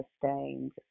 sustained